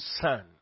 son